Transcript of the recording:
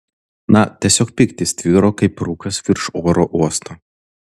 na tiesiog pyktis tvyro kaip rūkas virš oro uosto